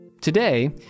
Today